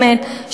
באמת,